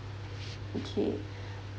okay